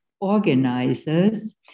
organizers